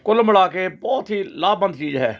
ਕੁੱਲ ਮਿਲਾ ਕੇ ਬਹੁਤ ਹੀ ਲਾਭਵੰਦ ਚੀਜ਼ ਹੈ